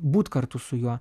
būt kartu su juo